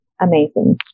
amazing